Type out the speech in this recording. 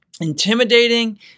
Intimidating